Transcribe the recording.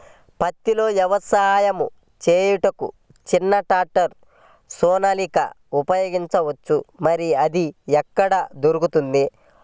పత్తిలో వ్యవసాయము చేయుటకు చిన్న ట్రాక్టర్ సోనాలిక ఉపయోగించవచ్చా మరియు అది ఎక్కడ దొరుకుతుంది?